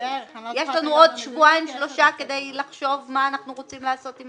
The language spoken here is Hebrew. יש לנו עוד שבועיים-שלושה כדי לחשוב מה אנחנו רוצים לעשות עם